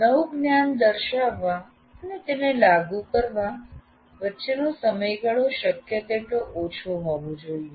નવું જ્ઞાન દર્શાવવા અને તેને લાગુ કરવા વચ્ચેનો સમય ગાળો શક્ય તેટલો ઓછો હોવો જોઈએ